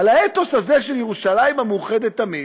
על האתוס הזה של ירושלים המאוחדת תמיד: